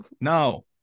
no